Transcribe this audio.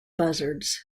buzzards